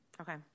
Okay